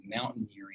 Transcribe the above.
mountaineering